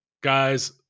guys